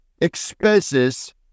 expenses